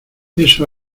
eso